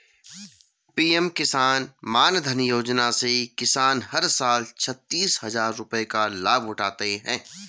PM Kisan Mandhan Yojana से किसान हर साल छतीस हजार रुपये का लाभ उठाते है